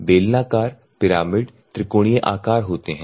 बेलनाकार पिरामिड त्रिकोणीय आकार होते हैं